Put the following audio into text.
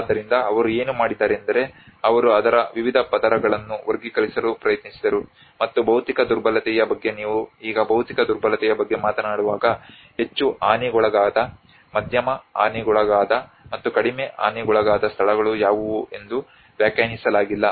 ಆದ್ದರಿಂದ ಅವರು ಏನು ಮಾಡಿದ್ದಾರೆಂದರೆ ಅವರು ಅದರ ವಿವಿಧ ಪದರಗಳನ್ನು ವರ್ಗೀಕರಿಸಲು ಪ್ರಯತ್ನಿಸಿದರು ಮತ್ತು ಭೌತಿಕ ದುರ್ಬಲತೆಯ ಬಗ್ಗೆ ನೀವು ಈಗ ಭೌತಿಕ ದುರ್ಬಲತೆಯ ಬಗ್ಗೆ ಮಾತನಾಡುವಾಗ ಹೆಚ್ಚು ಹಾನಿಗೊಳಗಾದ ಮಧ್ಯಮ ಹಾನಿಗೊಳಗಾದ ಮತ್ತು ಕಡಿಮೆ ಹಾನಿಗೊಳಗಾದ ಸ್ಥಳಗಳು ಯಾವುವು ಎಂದು ವ್ಯಾಖ್ಯಾನಿಸಲಾಗಿಲ್ಲ